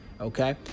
Okay